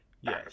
Yes